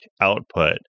output